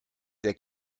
der